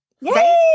Yay